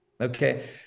Okay